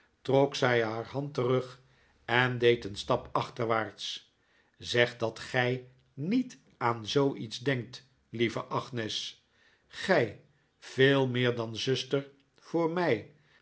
trok zij haar hand terug en deed een stap achterwaarts zeg dat gij niet aan zooiets denkt lieve agnes gij veel meer dan zuster voor mij